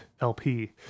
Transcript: LP